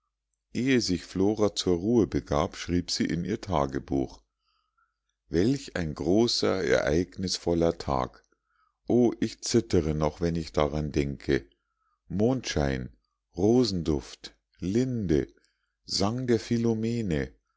ehe sich flora zur ruhe begab schrieb sie in ihr tagebuch welch ein großer ereignisvoller tag o ich zittere noch wenn ich daran denke mondschein rosenduft linde sang der